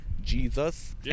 Jesus